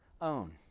own